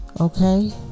Okay